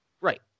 Right